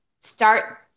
start